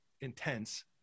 intense